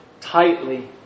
tightly